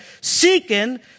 seeking